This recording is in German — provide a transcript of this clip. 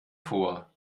vor